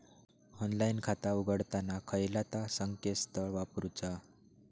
Online खाता उघडताना खयला ता संकेतस्थळ वापरूचा?